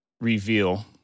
reveal